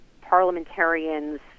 parliamentarians